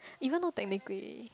even though technically